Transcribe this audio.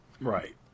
Right